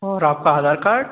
और आपका आधार कार्ड